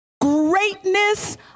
greatness